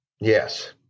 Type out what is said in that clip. yes